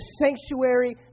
sanctuary